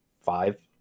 five